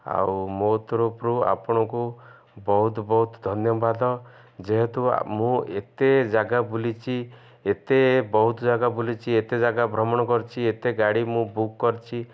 ଆଉ ମୋ ତରଫରୁ ଆପଣଙ୍କୁ ବହୁତ ବହୁତ ଧନ୍ୟବାଦ ଯେହେତୁ ମୁଁ ଏତେ ଜାଗା ବୁଲିଛି ଏତେ ବହୁତ ଜାଗା ବୁଲିଛି ଏତେ ଜାଗା ଭ୍ରମଣ କରିଛି ଏତେ ଗାଡ଼ି ମୁଁ ବୁକ୍ କରିଛି